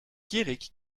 gierig